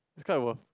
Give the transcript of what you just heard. it's quite worth